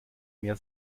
mehr